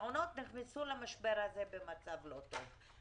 המעונות נכנסו למשבר הזה במצב לא טוב,